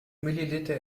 milliliter